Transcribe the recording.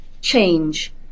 change